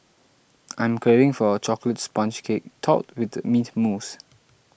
I'm craving for a Chocolate Sponge Cake Topped with Mint Mousse